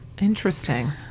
Interesting